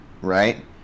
right